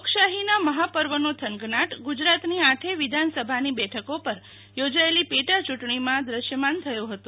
લોકશાહીના મહાપર્વનો થનગનાટ ગુજરાતની આઠે વિધાનસભાની બેઠકો પર યોજાયેલ પેટા ચૂંટણીમાં દ્રશ્યમાન થયો હતો